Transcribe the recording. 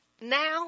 now